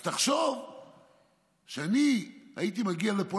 אז תחשוב שאני הייתי מגיע לפה,